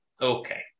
Okay